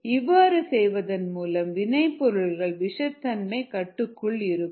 இவ்வாறு செய்வதன் மூலம் வினை பொருளின் விஷத்தன்மை கட்டுக்குள் இருக்கும்